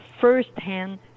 first-hand